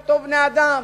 אותם בני-אדם,